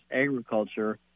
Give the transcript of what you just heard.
Agriculture